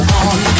on